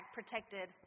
protected